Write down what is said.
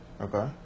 Okay